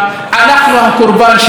הקורבן הראשון,